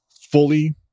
fully